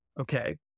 okay